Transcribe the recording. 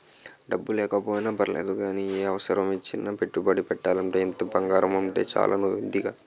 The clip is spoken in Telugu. డబ్బు లేకపోయినా పర్లేదు గానీ, ఏ అవసరమొచ్చినా పెట్టుబడి పెట్టాలంటే ఇంత బంగారముంటే చాలు వొదినా